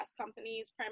companies